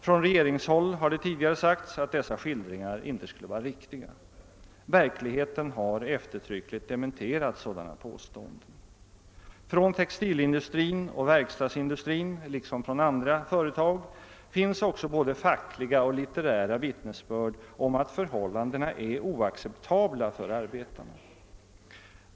Från regeringshåll har det tidigare sagts att dessa skildringar inte skulle vara riktiga. Verkligheten har eftertryckligt dementerat sådana påståenden. Från textilindustrin och verkstadsindustrin liksom från andra företag finns både fackliga och litterära vittnesbörd om att förhållandena är oacceptabla för arbetarna.